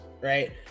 right